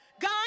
God